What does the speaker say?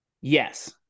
Yes